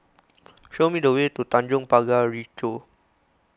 show me the way to Tanjong Pagar Ricoh